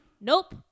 nope